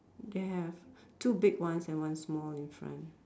they have two big ones and one small infront